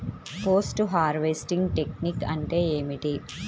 Post harvesting technique అంటే ఏమిటీ?